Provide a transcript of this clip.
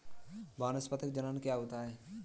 वानस्पतिक जनन क्या होता है?